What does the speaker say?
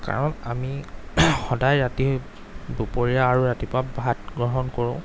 কাৰণ আমি সদায় ৰাতি দুপৰীয়া আৰু ৰাতিপুৱা ভাত গ্ৰহণ কৰোঁ